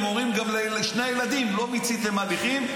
הם אומרים גם לשני הילדים: לא מיציתם הליכים.